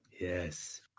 Yes